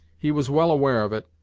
he was well aware of it,